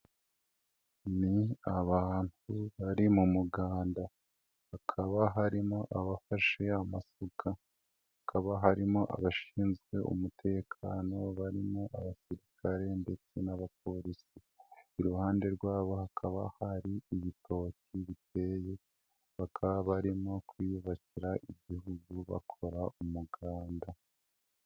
Ni abantu bari mu muganda hakaba harimo abafashe amafuka, hakaba harimo abashinzwe umutekano barimo abasirikare ndetse n'abapolisi, iruhande rwabo hakaba hari igitoki giteye bakaba barimo kwiyubakira igihugu bakora umuganda.